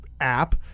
app